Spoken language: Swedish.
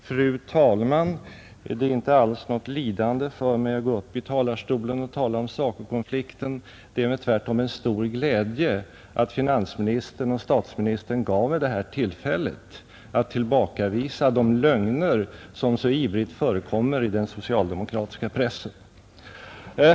Fru talman! Det är inte alls något lidande för mig att gå upp i talarstolen och tala om SACO-konflikten; det är mig tvärtom en stor glädje att finansministern och statsministern givit mig det här tillfället att tillbakavisa de lögner som så ivrigt framförs i den socialdemokratiska pressen.